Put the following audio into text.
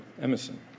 Emerson